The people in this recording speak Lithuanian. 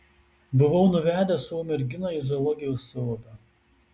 buvau nuvedęs savo merginą į zoologijos sodą